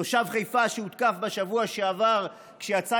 תושב חיפה שהותקף בשבוע שעבר כשיצא